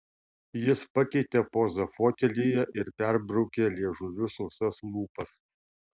jis pakeitė pozą fotelyje ir perbraukė liežuviu sausas lūpas